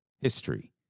history